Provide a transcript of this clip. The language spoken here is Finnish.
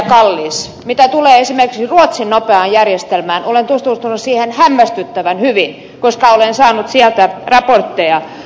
kallis mitä tulee esimerkiksi ruotsin nopeaan järjestelmään olen tutustunut siihen hämmästyttävän hyvin koska olen saanut sieltä raportteja